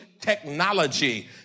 technology